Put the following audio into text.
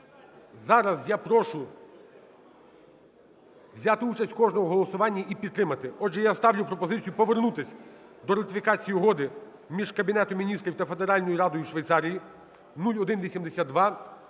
Зараз я прошу взяти участь кожного у голосуванні і підтримати. Отже, я ставлю пропозицію повернутися до ратифікації Угоди між Кабінетом Міністрів та Федеральною радою Швейцарії (0182)